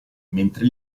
mentre